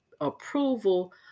approval